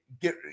get